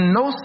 no